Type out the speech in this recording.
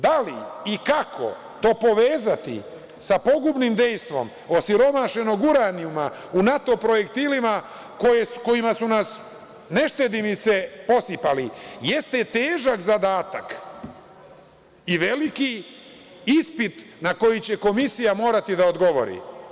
Da li i kako to povezati sa pogubnim dejstvom osiromašenog uranijuma u NATO projektilima kojima su nas neštedimice posipali, jeste težak zadatak i veliki ispit na koji će komisija morati da odgovori.